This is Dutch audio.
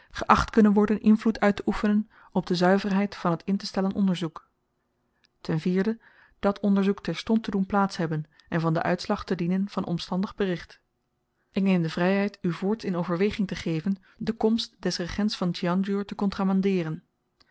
geacht kunnen worden invloed uitteoefenen op de zuiverheid van het intestellen onderzoek dat onderzoek terstond te doen plaats hebben en van den uitslag te dienen van omstandig bericht ik neem de vryheid u voorts in overweging te geven de komst des regents van tjanjor te